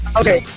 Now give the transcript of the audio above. okay